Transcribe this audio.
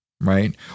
right